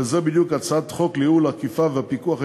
וזו בדיוק הצעת החוק לייעול האכיפה והפיקוח העירוניים,